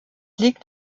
liegt